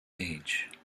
age